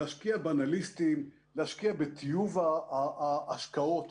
להשקיע באנליסטים, להשקיע בטיוב ההשקעות,